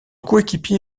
coéquipier